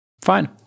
fine